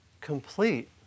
complete